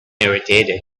irritated